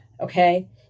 Okay